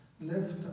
left